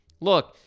Look